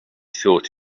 thought